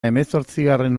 hemezortzigarren